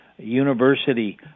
University